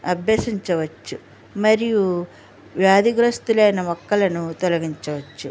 అభ్యసించవచ్చు మరియు వ్యాధిగ్రస్తులైన మొక్కలను తొలగించవచ్చు